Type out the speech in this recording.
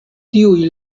tiuj